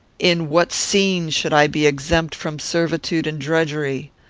in what scene should i be exempt from servitude and drudgery?